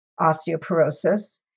osteoporosis